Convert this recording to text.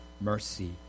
mercy